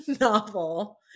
novel